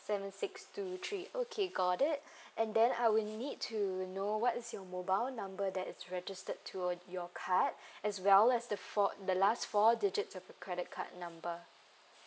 seven six two three okay got it and then I would need to know what is your mobile number that is registered to uh your card as well as the four the last four digits of the credit card number